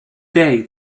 day